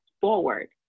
forward